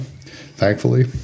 thankfully